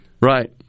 Right